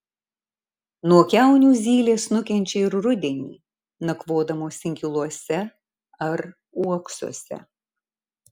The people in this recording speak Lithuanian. nuo kiaunių zylės nukenčia ir rudenį nakvodamos inkiluose ar uoksuose